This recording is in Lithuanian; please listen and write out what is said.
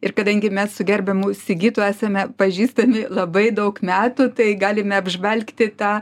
ir kadangi mes su gerbiamu sigitu esame pažįstami labai daug metų tai galime apžvelgti tą